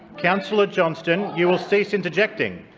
councillor johnston! you will cease interjecting.